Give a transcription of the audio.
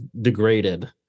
degraded